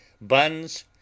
buns